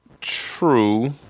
True